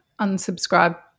unsubscribe